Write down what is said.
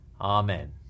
Amen